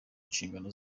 inshingano